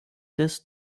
des